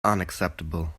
unacceptable